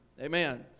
Amen